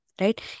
Right